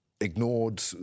ignored